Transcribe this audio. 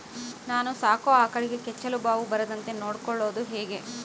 ನಾನು ಸಾಕೋ ಆಕಳಿಗೆ ಕೆಚ್ಚಲುಬಾವು ಬರದಂತೆ ನೊಡ್ಕೊಳೋದು ಹೇಗೆ?